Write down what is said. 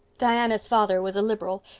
diana's father was a liberal,